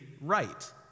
right